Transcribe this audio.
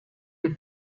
les